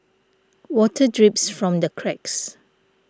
water drips from the cracks